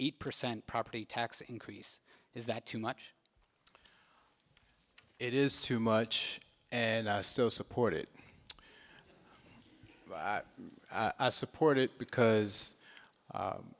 eight percent property tax increase is that too much it is too much and i still support it i support it because